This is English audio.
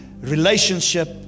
relationship